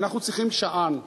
ואנחנו צריכים שען.